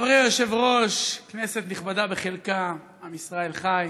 חברי היושב-ראש, כנסת נכבדה בחלקה, עם ישראל חי,